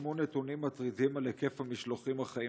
פורסמו נתונים מטרידים על היקף המשלוחים החיים